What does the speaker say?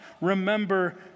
remember